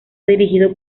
dirigido